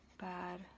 bad